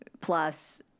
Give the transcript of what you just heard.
plus